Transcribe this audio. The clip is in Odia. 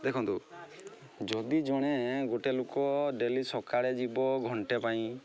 ଦେଖନ୍ତୁ ଯଦି ଜଣେ ଗୋଟେ ଲୋକ ଡେଲି ସକାଳେ ଯିବ ଘଣ୍ଟେ ପାଇଁ